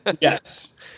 Yes